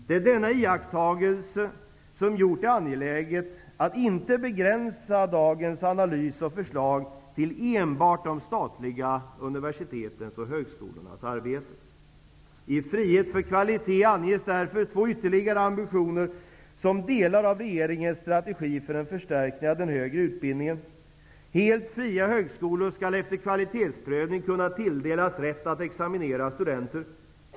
Det är denna iakttagelse som gjort det angeläget att inte begränsa dagens analys och förslag till enbart de statliga universitetens och högskolornas arbete, I Frihet för kvalitet anges därför två ytterligare ambitioner som delar av regeringens strategi för att förstärka den högre utbildningen: Helt fria högskolor skall, efter kvalitetsprövning, kunna tilldelas rätt att examinera studenter.